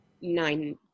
nine